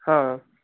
హా